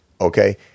Okay